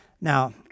Now